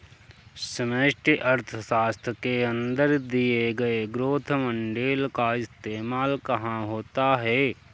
समष्टि अर्थशास्त्र के अंदर दिए गए ग्रोथ मॉडेल का इस्तेमाल कहाँ होता है?